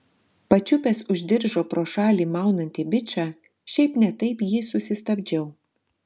pačiupęs už diržo pro šalį maunantį bičą šiaip ne taip jį susistabdžiau